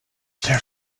there